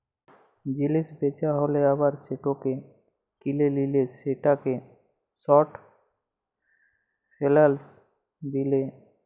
জিলিস বেচা হ্যালে আবার সেটাকে কিলে লিলে সেটাকে শর্ট ফেলালস বিলে